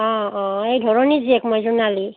অ' অ' এই ধৰণীৰ জীয়েক মই জোনালী